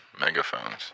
megaphones